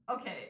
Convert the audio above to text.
okay